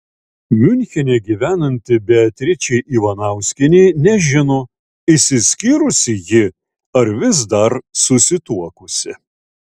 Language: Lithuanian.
miunchene gyvenanti beatričė ivanauskienė nežino išsiskyrusi ji ar vis dar susituokusi